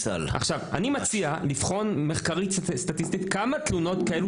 אני מציעה לבחון מחקרית וסטטיסטית כמה תלונות כאלה